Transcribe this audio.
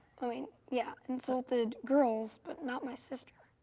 i mean, yeah. insulted girls, but not my sister.